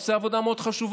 הוא עושה עבודה מאוד חשובה.